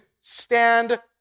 stand